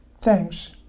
thanks